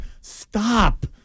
stop